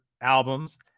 albums